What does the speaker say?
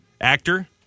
Actor